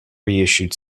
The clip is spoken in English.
reissued